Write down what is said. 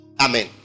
amen